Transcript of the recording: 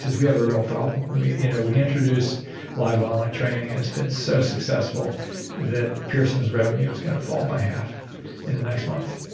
we have a real problem. we you know we introduced live online training. it's been so successful that pearson's revenue is going to fall by half in the next month.